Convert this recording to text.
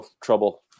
trouble